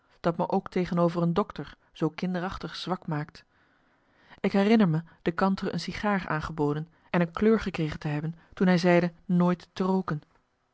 dat me ook tegenover een dokter zoo kinderachtig zwak maakt ik herinner me de kantere een sigaar aangeboden en een kleur gekregen te hebben toen hij zeide nooit